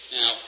Now